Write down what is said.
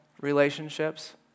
relationships